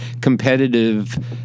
competitive